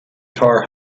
tower